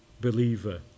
believer